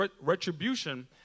retribution